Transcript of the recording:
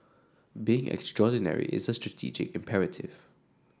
being extraordinary is a strategic imperative